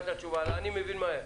אני מבין מהר.